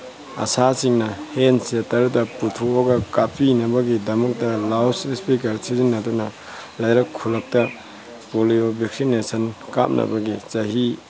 ꯑꯁꯥꯁꯤꯡꯅ health ꯁꯦꯟꯇꯔꯗ ꯄꯨꯊꯣꯛꯑꯒ ꯀꯥꯞꯄꯤꯅꯕꯒꯤꯗꯃꯛꯇ ꯂꯥꯎꯗ ꯏꯁꯄꯤꯛꯀꯔ ꯁꯤꯖꯤꯟꯅꯗꯨꯅ ꯂꯩꯔꯛ ꯈꯨꯜꯂꯛꯇ ꯄꯣꯂꯤꯑꯣ ꯚꯦꯛꯁꯤꯅꯦꯁꯟ ꯀꯥꯞꯅꯕꯒꯤ ꯆꯍꯤ